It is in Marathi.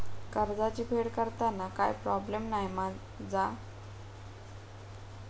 कर्जाची फेड करताना काय प्रोब्लेम नाय मा जा?